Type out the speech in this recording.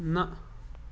نہ